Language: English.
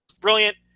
brilliant